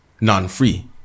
non-free